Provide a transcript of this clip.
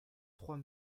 trois